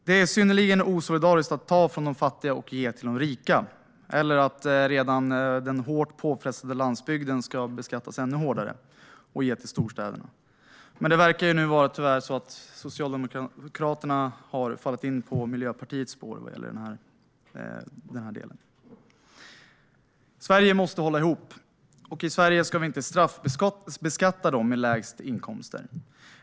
Det är synnerligen osolidariskt att ta från de fattiga och ge till de rika eller att den redan hårt påfrestade landsbygden ska beskattas ännu hårdare och ge till storstäderna. Men tyvärr verkar Socialdemokraterna ha fallit in på Miljöpartiets spår vad gäller den här delen. Sverige måste hålla ihop, och i Sverige ska vi inte straffbeskatta dem med lägst inkomster.